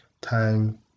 time